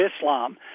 Islam